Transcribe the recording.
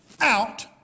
out